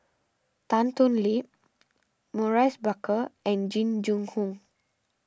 Tan Thoon Lip Maurice Baker and Jing Jun Hong